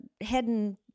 heading